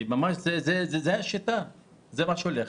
זו השיטה, זה מה שהולך.